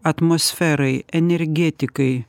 atmosferai energetikai